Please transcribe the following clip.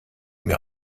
mir